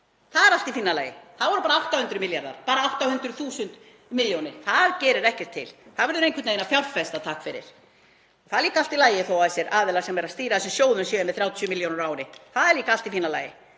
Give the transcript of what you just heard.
Það er allt í fína lagi, það voru bara 800 milljarðar, bara 800.000 milljónir. Það gerir ekkert til. Það verður einhvern veginn að fjárfesta, takk fyrir. Það er líka allt í lagi þó að þessir aðilar sem eru að stýra þessum sjóðum séu með 30 milljónir á ári. Það er líka allt í fína lagi,